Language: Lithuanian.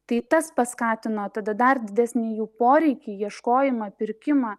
tai tas paskatino tada dar didesnį jų poreikį ieškojimą pirkimą